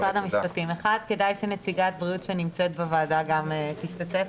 כדאי שנציגת בריאות שנמצאת בוועדה גם תשתתף.